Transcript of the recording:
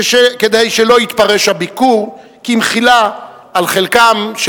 כדי שלא יתפרש הביקור כמחילה על חלקם של